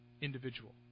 individual